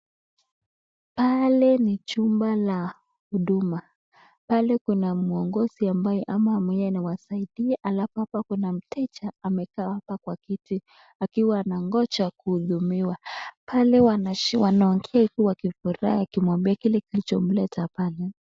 Pale ni chumba la ya huduma pale Kuna mwongizi ambaye ama anawasaidia alfu hapa Kuna mteja amekaa hapa Kwa kiti akiwa anangoja kuhudumiwa pale waonges wakiwa na furaha akimwambia kilicho mleta pale.